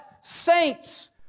Saints